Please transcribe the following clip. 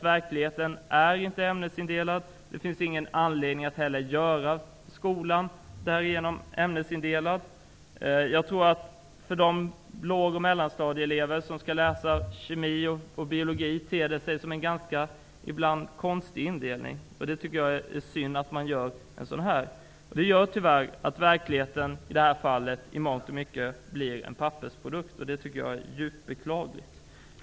Verkligheten är inte ämnesindelad, och det finns ingen anledning att göra skolan ämnesindelad. För de låg och mellanstadieelever som skall läsa kemi och biologi ter det sig som en ibland ganska konstig indelning. Jag tycker det är synd att man gör en sådan uppdelning. Det gör att verkligheten i mångt och mycket blir en pappersprodukt. Det tycker jag är djupt beklagligt.